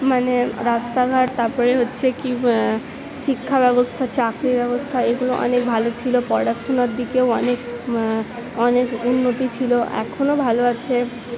মানে রাস্তাঘাট তারপরে হচ্ছে কি শিক্ষাব্যবস্থা চাকরি ব্যবস্থা এইগুলো অনেক ভালো ছিল পড়াশুনোর দিকেও অনেক অনেক উন্নতি ছিল এখনও ভালো আছে